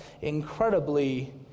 incredibly